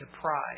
pride